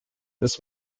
this